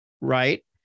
right